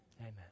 amen